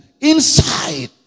inside